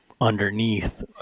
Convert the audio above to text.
Underneath